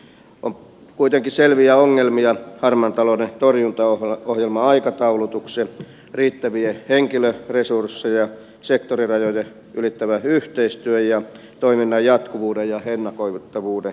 on kuitenkin selviä ongelmia harmaan talouden torjuntaohjelman aikataulutuksen riittävien henkilöresurssien sektorirajat ylittävän yhteistyön ja toiminnan jatkuvuuden ja ennakoitavuuden suhteen